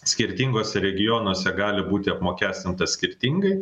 skirtinguose regionuose gali būti apmokestintas skirtingai